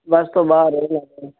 ਬਸ ਤੋਂ ਬਾਹਰ ਰਹਿੰਦਾ